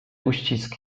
uścisk